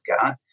got